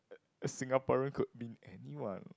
a Singaporean could be anyone